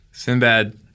Sinbad